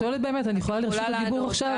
את יכולה לענות.